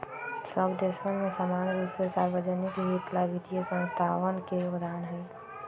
सब देशवन में समान रूप से सार्वज्निक हित ला वित्तीय संस्थावन के योगदान हई